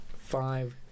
Five